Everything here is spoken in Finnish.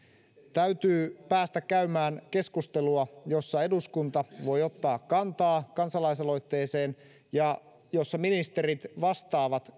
täytyy päästä käymään keskustelua jossa eduskunta voi ottaa kantaa kansalaisaloitteeseen ja jossa ministerit vastaavat